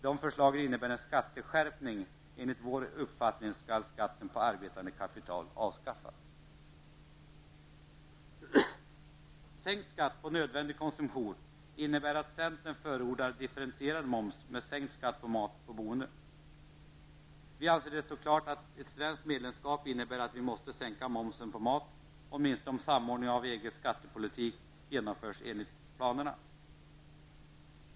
Dessa förslag innebär en skatteskärpning; enligt vår uppfattning skall skatten på arbetande kapital avskaffas. Sänkt skatt på nödvändig konsumtion innebär att centern förordar differentierad moms med sänkt skatt på mat och boende. Vi anser att det står klart att ett svenskt medlemskap innebär att vi måste sänka momsen på mat, åtminstone om samordningen av EGs skattepolitik genomförs enligt planerna.